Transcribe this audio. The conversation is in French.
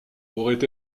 aurait